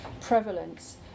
prevalence